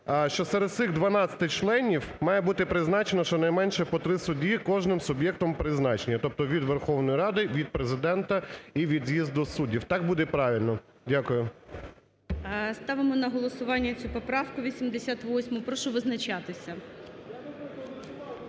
що серед цих 12 членів має бути призначено щонайменше по 3 судді кожним суб'єктом призначення, тобто від Верховної Ради, від Президента і від з'їзду суддів. Так буде правильно. Дякую. ГОЛОВУЮЧИЙ. Ставимо на голосування цю поправку 88. Прошу визначатися.